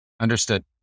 Understood